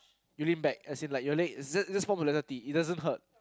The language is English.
you lean back as in like you leg just form a letter T it doesn't hurt